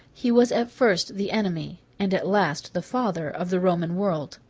he was at first the enemy, and at last the father, of the roman world.